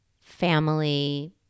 family